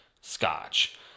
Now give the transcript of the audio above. Scotch